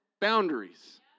boundaries